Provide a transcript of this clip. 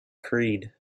creed